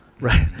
Right